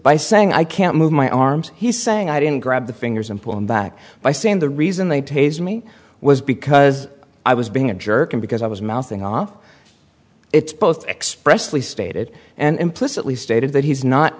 by saying i can't move my arms he's saying i didn't grab the fingers and pull him back by saying the reason they tase me was because i was being a jerk and because i was mounting off it's both expressly stated and implicitly stated that he's not